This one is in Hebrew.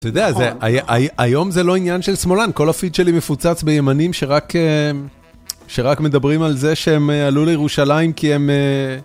אתה יודע, היום זה לא עניין של שמאלן, כל הפיד שלי מפוצץ בימנים שרק אהמ.. שרק מדברים על זה שהם עלו לירושלים כי הם אה...